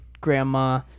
grandma